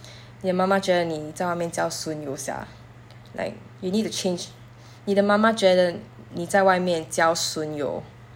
你的妈妈觉得你在外面交损友 sia like you need to change 你的妈妈觉得你在外面交损友